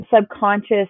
subconscious